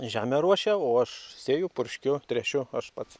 žemę ruošia o aš sėju purškiu tręšiu aš pats